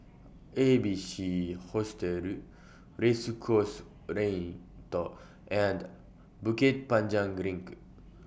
A B C Hostel Race Course Lane and Bukit Panjang LINK